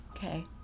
Okay